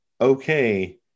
Okay